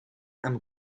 amb